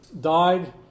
died